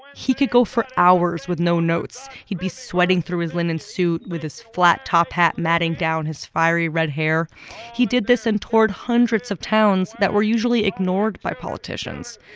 he could go for hours with no notes. he'd be sweating through his linen suit with his flat-top hat matting down his fiery red hair he did this and in hundreds of towns that were usually ignored by politicians.